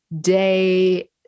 day